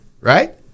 Right